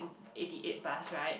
eighty eight bus right